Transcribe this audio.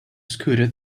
scooter